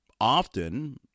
often